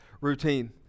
routine